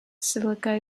silica